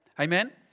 Amen